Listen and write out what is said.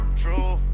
true